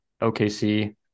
OKC